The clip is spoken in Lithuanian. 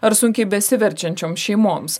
ar sunkiai besiverčiančioms šeimoms